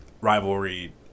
rivalry